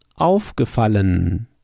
aufgefallen